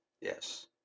Yes